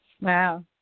wow